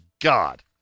God